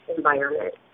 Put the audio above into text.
environment